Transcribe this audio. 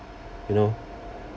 you know